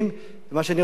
מה שאני רוצה לומר,